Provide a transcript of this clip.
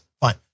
Fine